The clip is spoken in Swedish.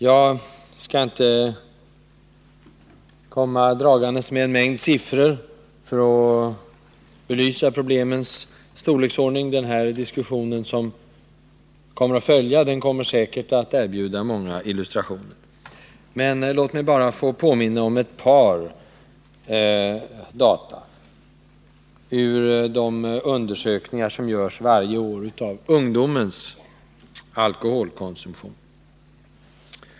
Jag skall inte komma dragande med en mängd siffror för att belysa problemens storlek. Den diskussion som följer kommer säkert att erbjuda många illustrationer. Låt mig bara få påminna om ett par data ur de undersökningar som varje år görs av ungdomens alkoholkonsumtion.